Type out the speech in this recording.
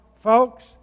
folks